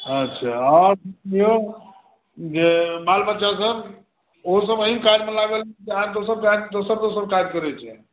अच्छा आओर कहियौ जे बाल बच्चासभ ओसभ एहि काजमे लागल अछि कि आर दोसर दोसर काज करैत छै